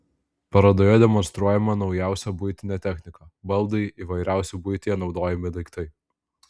parodoje demonstruojama naujausia buitinė technika baldai įvairiausi buityje naudojami daiktai